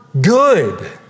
good